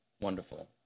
Wonderful